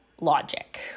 Logic